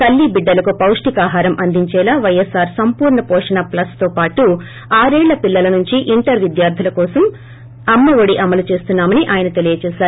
తల్లి బిడ్లకు పొష్టికాహారం అందించేలా వైఎస్ఆర్ సంపూర్ణ పోషణ ప్లస్తో పాటు ఆరేళ్ల పీల్లల నుంచీ ఇంటర్ విద్యార్థుల చదువుల కోసం అమ్మఒడి అమలు చేస్తున్నా మని చెప్పారు